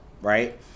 right